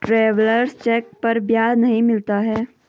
travellers cheque पर ब्याज नहीं मिलता है